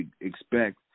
expect